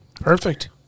Perfect